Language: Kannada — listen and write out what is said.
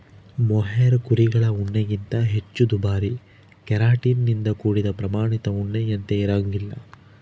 ಮೊಹೇರ್ ಕುರಿಗಳ ಉಣ್ಣೆಗಿಂತ ಹೆಚ್ಚು ದುಬಾರಿ ಕೆರಾಟಿನ್ ನಿಂದ ಕೂಡಿದ ಪ್ರಾಮಾಣಿತ ಉಣ್ಣೆಯಂತೆ ಇರಂಗಿಲ್ಲ